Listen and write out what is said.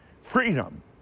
Freedom